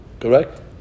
Correct